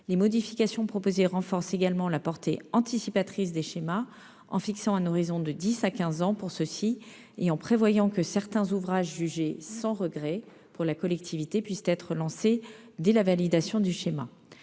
Les modifications proposées tendent également à renforcer la portée anticipatrice des schémas en fixant un horizon de dix à quinze ans pour ceux-ci et en prévoyant que certains ouvrages jugés sans regret pour la collectivité puissent être lancés dès la validation du schéma.